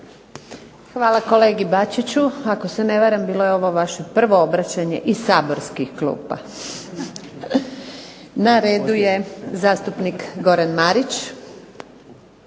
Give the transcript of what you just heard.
Hvala kolegi Bačiću. Ako se ne varam, bilo je ovo vaše prvo obraćanje iz saborskih klupa. Na redu je zastupnik Goran Marić.